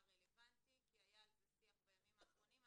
הרלבנטי כי היה על זה שיח בימים האחרונים,